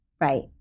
Right